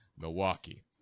Milwaukee